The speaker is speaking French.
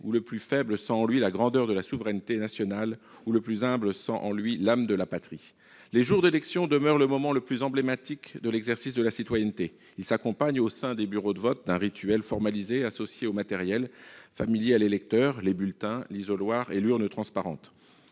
où le plus faible sent en lui la grandeur de la souveraineté nationale, où le plus humble sent en lui l'âme de la patrie !» Les jours d'élection demeurent le moment le plus emblématique de l'exercice de la citoyenneté. Ils s'accompagnent, au sein des bureaux de vote, d'un rituel formalisé, associé au matériel, familier à l'électeur : les bulletins, l'isoloir et l'urne transparente.